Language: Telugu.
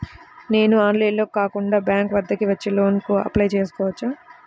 నేను ఆన్లైన్లో కాకుండా బ్యాంక్ వద్దకు వచ్చి లోన్ కు అప్లై చేసుకోవచ్చా?